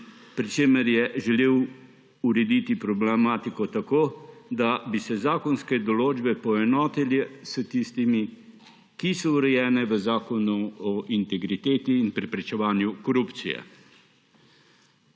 pri čemer je želel urediti problematiko tako, da bi se zakonske določbe poenotile s tistimi, ki so urejene v zakonu o integriteti in preprečevanju korupcije.